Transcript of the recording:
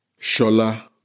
Shola